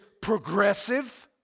progressive